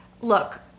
Look